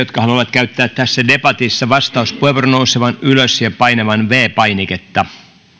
käyttää tässä debatissa vastauspuheenvuoron nousemaan ylös ja painamaan viides painiketta